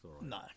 no